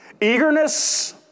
Eagerness